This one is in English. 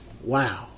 Wow